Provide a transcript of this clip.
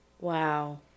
Wow